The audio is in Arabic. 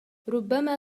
ربما